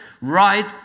right